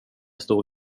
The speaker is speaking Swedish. stor